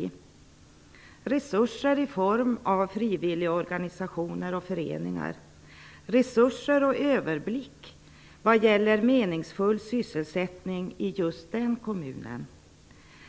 Det gäller resurser i form av frivilligorganisationer och föreningar, överblick vad gäller meningsfull sysselsättning i just den kommunen